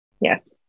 Yes